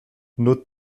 nos